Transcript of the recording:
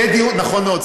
ודיור, נכון מאוד.